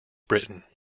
britain